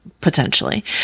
potentially